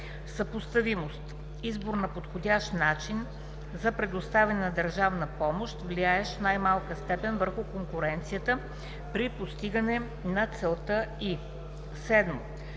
съпоставимост – избор на подходящ начин за предоставяне на държавна помощ, влияещ в най-малка степен върху конкуренцията, при постигане на целта й; 7.